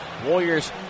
Warriors